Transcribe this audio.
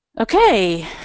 Okay